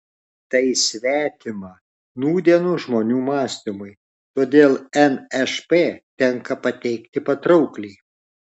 tai svetima nūdienos žmonių mąstymui todėl nšp tenka pateikti patraukliai